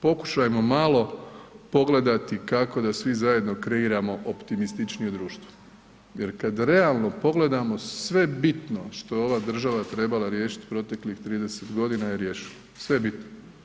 Pokušajmo malo pogledati kako da svi zajedno kreiramo optimističnije društvo jer kad realno pogledamo sve bitno što je ova država trebala riješiti proteklih 30 godina je riješila, sve bitno.